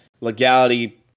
legality